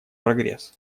прогресс